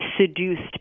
seduced